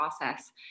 process